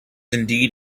indeed